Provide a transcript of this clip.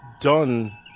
done